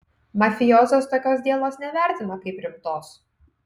mafijozas tokios dielos nevertina kaip rimtos